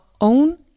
own